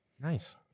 Nice